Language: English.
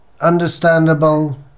understandable